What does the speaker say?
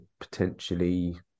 potentially